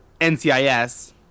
NCIS